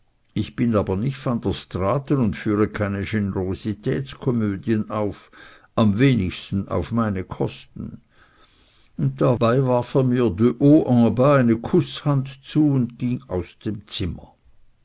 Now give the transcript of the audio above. ich bin aber nicht van der straaten und führe keine generositätskomödien auf am wenigsten auf meine kosten und dabei warf er mir de haut en bas eine kußhand zu und ging aus dem zimmer